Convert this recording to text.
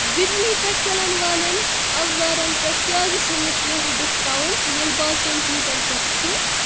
بِجلی پیٚٹھ چَلن والٮ۪ن اَوزارن پٮ۪ٹھ کیٛازِ چھنہٕ کییٚہہ ڈسکاونٹ ییٚلہِ باقین چیزن پٮ۪ٹھ چھ